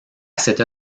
cette